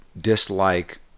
dislike